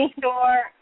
sure